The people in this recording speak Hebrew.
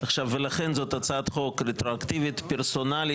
זו הצעת חוק רטרואקטיבית, פרסונלית.